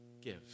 give